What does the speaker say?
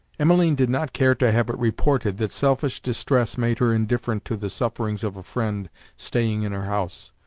emmeline did not care to have it reported that selfish distress made her indifferent to the sufferings of a friend staying in her house.